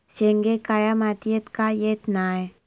शेंगे काळ्या मातीयेत का येत नाय?